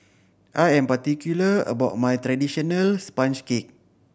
I am particular about my traditional sponge cake